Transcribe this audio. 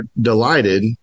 delighted